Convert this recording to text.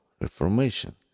reformation